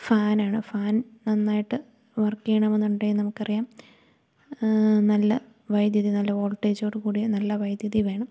ഫാനാണ് ഫാൻ നന്നായിട്ട് വർക്ക് ചെയ്യണം എന്നുണ്ടേൽ നമുക്കറിയാം നല്ല വൈദ്യുതി നല്ല വോൾട്ടേജോട് കൂടിയ നല്ല വൈദ്യുതി വേണം